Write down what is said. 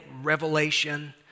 revelation